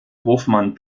hofmann